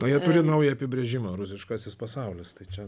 na jie turi naują apibrėžimą rusiškasis pasaulis tai čia